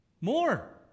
More